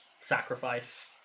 sacrifice